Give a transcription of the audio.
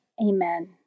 Amen